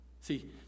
See